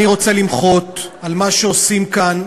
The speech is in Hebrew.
אני רוצה למחות על מה שעושים כאן,